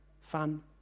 fun